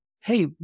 hey